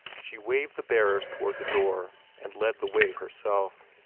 she waved the bearers toward the door, and led the way herself.